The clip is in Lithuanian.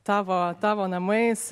tavo tavo namais